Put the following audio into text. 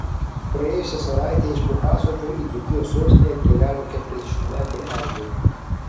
praėjusią savaitę iš pupasodžio į dzūkijos sostinę atkeliavo keturiasdešimtmetė eglė